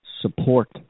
support